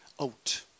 out